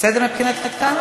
בסדר מבחינתך?